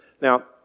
Now